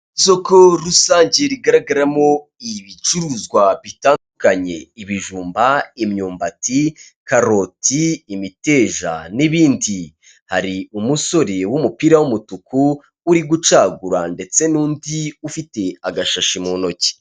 Isoko rusange rigaragaramo ibicuruzwa bitandukanye ibijumba, imyumbati, karoti, imiteja n'ibindi. Hari umusore w'umupira w'umutuku uri gucagura ndetse n'undi ufite agashashi mu ntoki.